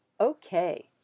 Okay